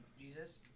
Jesus